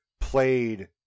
played